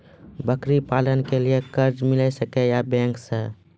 बकरी पालन के लिए कर्ज मिल सके या बैंक से?